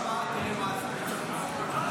כשאני אמרתי לך שיש לך השפעה, תראה מה זה.